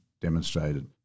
demonstrated